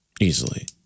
Easily